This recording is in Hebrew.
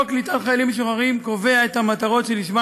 חוק קליטת חיילים משוחררים קובע את המטרות שלשמן